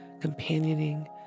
companioning